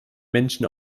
menschen